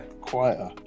quieter